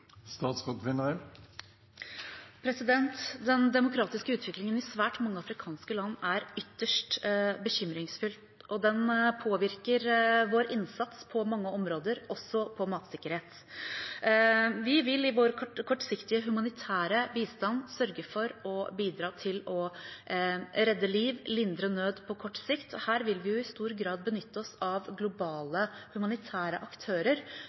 Den demokratiske utviklingen i svært mange afrikanske land er ytterst bekymringsfull og den påvirker vår innsats på mange områder, også på matsikkerhet. Vi vil i vår kortsiktige humanitære bistand sørge for å bidra til å redde liv, lindre nød på kort sikt, og her vil vi i stor grad benytte oss av globale humanitære aktører